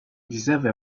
deserve